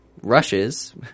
rushes